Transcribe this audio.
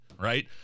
right